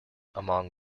among